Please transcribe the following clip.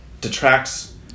detracts